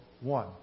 one